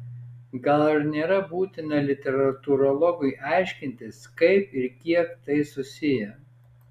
gal ir nėra būtina literatūrologui aiškintis kaip ir kiek tai susiję